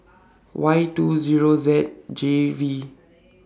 Y two Zero Z J V